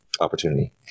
opportunity